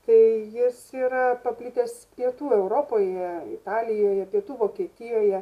tai jis yra paplitęs pietų europoje italijoje pietų vokietijoje